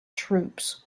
troops